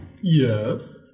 Yes